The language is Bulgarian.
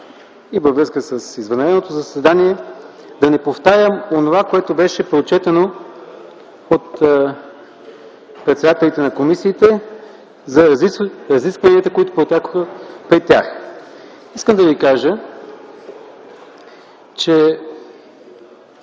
и във връзка с извънредното заседание да не повтарям онова, което беше прочетено от председателите на комисиите за разискванията, които протекоха при тях. Искам да кажа, че